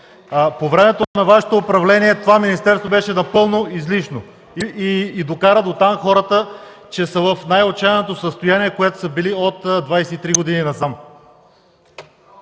По времето на Вашето управление това министерство беше напълно излишно и докара хората дотам, че са в най-отчаяното състояние, в което са били от 23 години насам.